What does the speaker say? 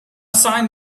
sign